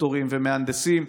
דוקטורים ומהנדסים,